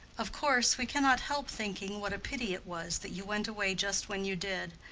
of course we cannot help thinking what a pity it was that you went away just when you did.